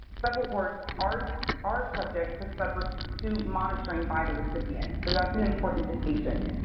subawards are so are subject to subject to monitoring by the recipient. so that's an important distinction.